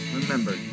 Remember